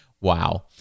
wow